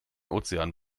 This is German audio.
ozean